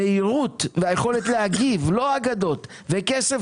המהירות והיכולת להגיב לא אגדות בכסף